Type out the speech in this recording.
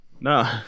No